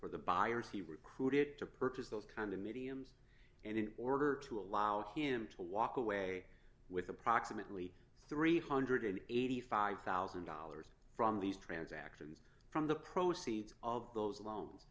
for the buyers he recruited to purchase those condominiums and in order to allow him to walk away with approximately three hundred and eighty five thousand dollars from these transactions from the proceeds of those loans